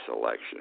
election